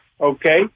Okay